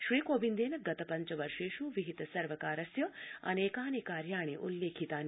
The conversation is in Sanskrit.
श्रीकोविन्देन गत पञ्चवर्षेष् विहित सर्वकारस्य अनेकानि कार्याणि उल्लेखितानि